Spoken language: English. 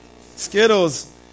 Skittles